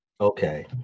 Okay